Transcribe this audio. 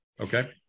Okay